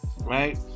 right